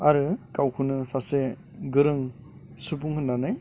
आरो गावखौनो सासे गोरों सुबुं होननानै